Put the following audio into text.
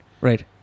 Right